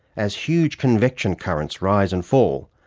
as huge convection currents rise and fall.